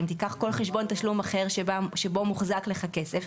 אם תיקח כל חשבון תשלום אחר שבו מוחזק לך כסף,